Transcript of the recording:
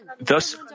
thus